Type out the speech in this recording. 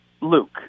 Luke